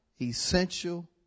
essential